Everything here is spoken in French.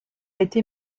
été